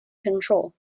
control